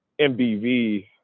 MBV